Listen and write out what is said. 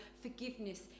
forgiveness